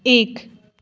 एक